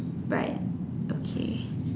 right okay